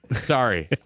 Sorry